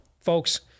folks